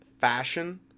fashion